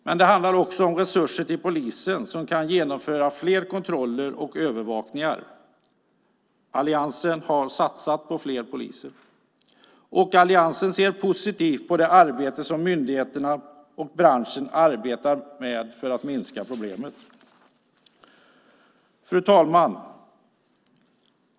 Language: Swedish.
Men det handlar också om resurser till polisen som kan genomföra fler kontroller och övervakningar. Alliansen har satsat på fler poliser, och alliansen ser positivt på det arbete som myndigheterna och branschen arbetar med för att minska problemet. Fru talman!